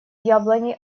яблони